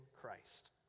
Christ